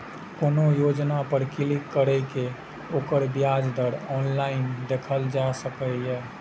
कोनो योजना पर क्लिक कैर के ओकर ब्याज दर ऑनलाइन देखल जा सकैए